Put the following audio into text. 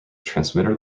transmitter